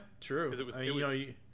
true